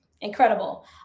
Incredible